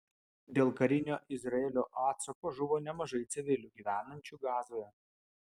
dėl karinio izraelio atsako žuvo nemažai civilių gyvenančių gazoje